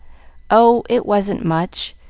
oh, it wasn't much.